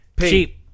Cheap